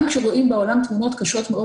גם כשרואים בעולם תמונות קשות מאוד